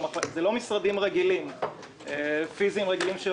אלה לא משרדים פיזיים רגילים.